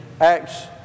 Acts